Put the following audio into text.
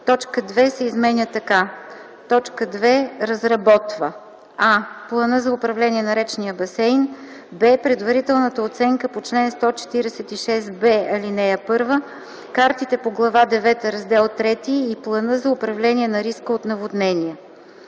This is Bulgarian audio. Точка 2 се изменя така: „2. разработва: а) плана за управление на речния басейн; б) предварителната оценка по чл. 146б, ал. 1, картите по глава девета, раздел ІІІ и плана за управление на риска от наводнения.”